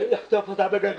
הוא צריך לחטוף בגדול.